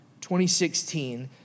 2016